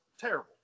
terrible